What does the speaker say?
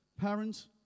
Parents